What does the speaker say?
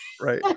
Right